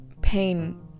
pain